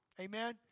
Amen